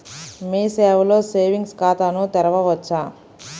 మీ సేవలో సేవింగ్స్ ఖాతాను తెరవవచ్చా?